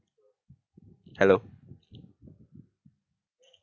hello